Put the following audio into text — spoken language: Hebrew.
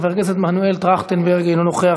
חבר הכנסת מנואל טרכטנברג, אינו נוכח.